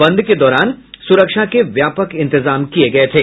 बंद के दौरान सुरक्षा के व्यापक इंतजाम किये गये थे